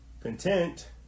content